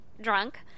drunk